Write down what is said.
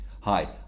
Hi